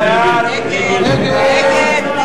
מי